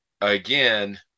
again